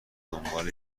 دنبال